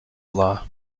law